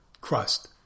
crust